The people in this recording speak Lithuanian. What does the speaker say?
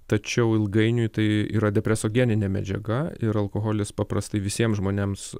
tačiau ilgainiui tai yra depresogeninė medžiaga ir alkoholis paprastai visiems žmonėms